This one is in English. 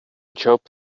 job